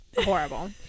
Horrible